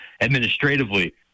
administratively